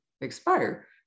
expire